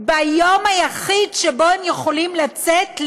ביום היחיד שבו הם יכולים לצאת,